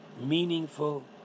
meaningful